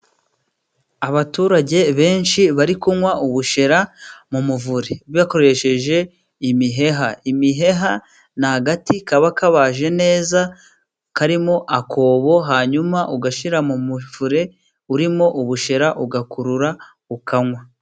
Abaturage benshi bari kunywa ubushera mu muvure bakoresheje imiheha. Imiheha ni agati kaba kabaje neza karimo akobo, hanyuma ugashyira mu muvure urimo ubushera, ugakurura, ukanywa.